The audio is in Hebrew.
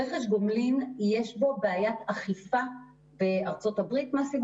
יש בעיית אכיפה בארצות הברית מהסיבה